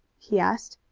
he asked.